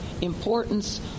importance